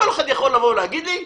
כל אחד יכול לבוא ולהגיד לי: